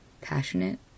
passionate